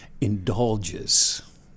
indulges